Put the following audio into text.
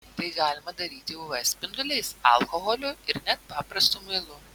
tai galima daryti uv spinduliais alkoholiu ir net paprastu muilu